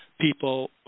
people